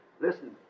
listen